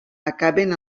acaben